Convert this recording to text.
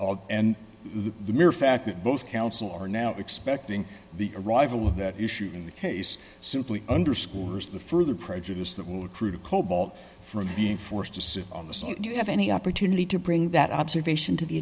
and the mere fact that both counsel are now expecting the arrival of that issue in the case simply underscores the further prejudice that will accrue to cobalt from being forced to sit on the stand you have any opportunity to bring that observation to the